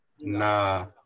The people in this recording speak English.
Nah